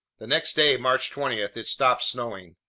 the next day, march twenty, it stopped snowing.